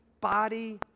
body